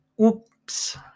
Oops